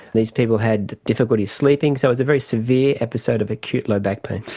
these people had difficulty sleeping, so it was a very severe episode of acute low back pain.